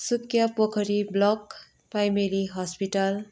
Sukiya Pokhari block primary hospital